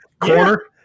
Corner